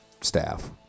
staff